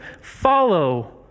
follow